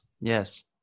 Yes